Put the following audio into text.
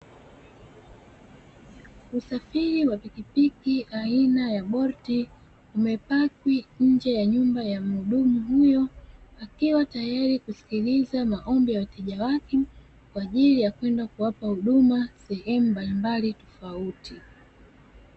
Usafiri wa pikipiki aina ya "bolt" imepaki nje ya nyumba ya muhudumu huyo akiwa tayari kusikiliza maombi ya wateja wake. kwa ajili ya kwenda kuwapa huduma sehemu mbalimbali tofauti.